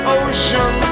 ocean